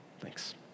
Thanks